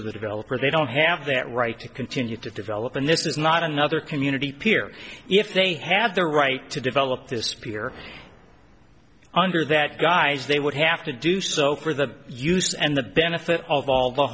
of the developer they don't have that right to continue to develop and this is not another community peer if they have the right to develop this peer under that guys they would have to do so for the use and the benefit of all the